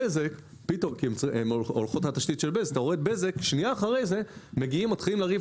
מגיעה בזק הן הולכות על תשתית בזק ומתחילים לריב